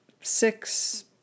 six